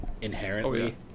inherently